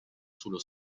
sullo